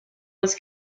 was